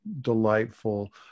delightful